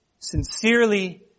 Sincerely